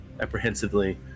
apprehensively